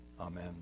amen